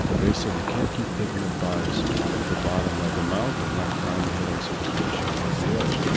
they said you can't keep picking up ah bodies at the bottom of the mountain and not climb the hill and see who's pushing them off the edge.